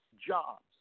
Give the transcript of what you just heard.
jobs